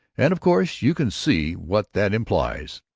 and of course you can see what that implies.